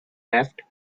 left